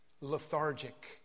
lethargic